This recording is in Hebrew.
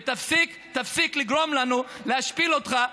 ותפסיק לגרום לנו להשפיל אותך בבג"ץ.